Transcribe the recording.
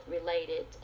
related